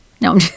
No